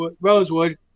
Rosewood